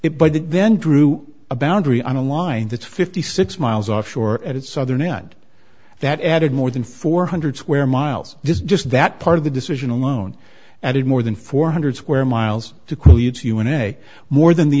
that then drew a boundary on a line that's fifty six miles offshore at its southern end that added more than four hundred square miles this just that part of the decision alone added more than four hundred square miles to you and a more than the